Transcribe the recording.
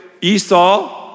Esau